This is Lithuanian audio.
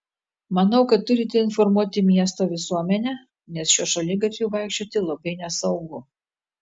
manau kad turite informuoti miesto visuomenę nes šiuo šaligatviu vaikščioti labai nesaugu